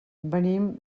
venim